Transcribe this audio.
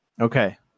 Okay